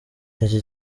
icyi